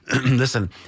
Listen